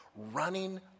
Running